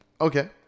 Okay